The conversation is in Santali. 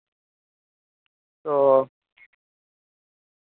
ᱛᱚ